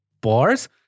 bars